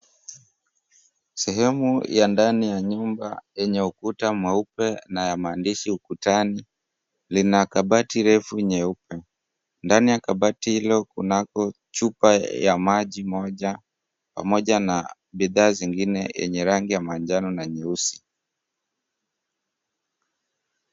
Sehemu ya ndani ya nyumba yenye ukuta mweupe na ya maandishi ukutani lina kabati refu nyeupe. Ndani ya kabati hilo kunako chupa ya maji moja pamoja na bidhaa zingine yenye rangi ya manjano na nyeusi.